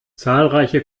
zahlreiche